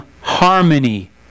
harmony